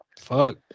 Fuck